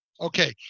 Okay